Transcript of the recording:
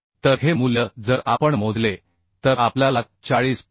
232 तर हे मूल्य जर आपण मोजले तर आपल्याला 40